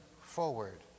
forward